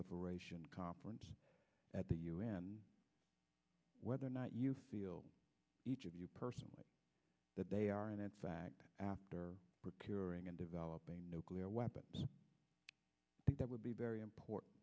nonproliferation conference at the un whether or not you feel each of you personally that they are and in fact after curing and developing nuclear weapons i think that would be very important